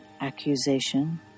accusation